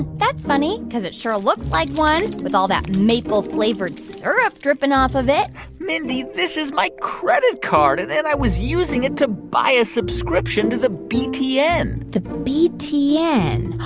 that's funny because it sure ah looks like one, with all that maple-flavored syrup dripping off of it mindy, this is my credit card, and and i was using it to buy a subscription to the btn the btn?